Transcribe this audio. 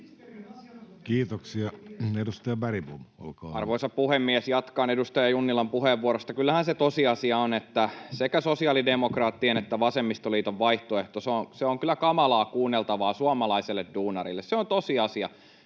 muuttamisesta Time: 18:46 Content: Arvoisa puhemies! Jatkan edustaja Junnilan puheenvuorosta. Kyllähän se tosiasia on, että sekä sosiaalidemokraattien että vasemmistoliiton vaihtoehto on kyllä kamalaa kuunneltavaa suomalaiselle duunarille. Se on tosiasia.